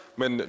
men